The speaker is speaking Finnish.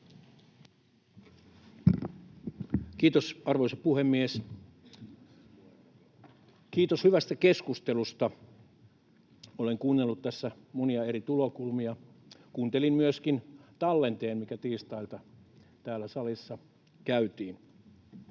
Kiitos, arvoisa puhemies! Kiitos hyvästä keskustelusta. Olen kuunnellut tässä monia eri tulokulmia. Kuuntelin myöskin tallenteen keskustelusta, mikä tiistaina täällä salissa käytiin.